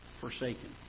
forsaken